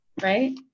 right